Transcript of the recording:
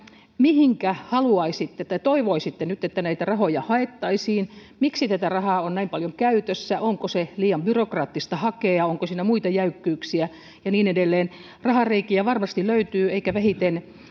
mihinkä haluaisitte tai toivoisitte nyt että näitä rahoja haettaisiin miksi tätä rahaa on näin paljon käytössä onko sitä liian byrokraattista hakea onko siinä muita jäykkyyksiä ja niin edelleen rahareikiä varmasti löytyy eikä vähiten